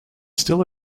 still